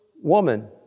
woman